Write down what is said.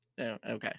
Okay